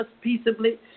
peaceably